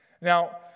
Now